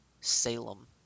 Salem